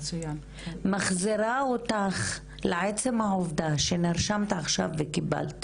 מחזירה אותך לעצם העובדה שנרשמת עכשיו וקיבלת